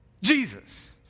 Jesus